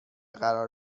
قرار